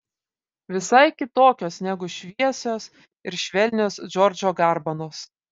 visai kitokios negu šviesios ir švelnios džordžo garbanos